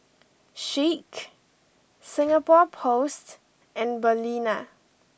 Schick Singapore Post and Balina